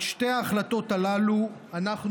את שתי ההחלטות הללו אנחנו